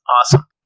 Awesome